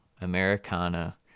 Americana